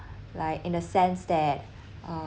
like in a sense that uh